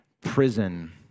prison